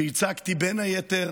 וייצגתי בין היתר